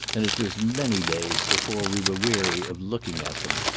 and it was many days before we were weary of looking at them.